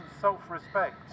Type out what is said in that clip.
self-respect